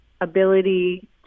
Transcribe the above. ability